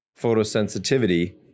photosensitivity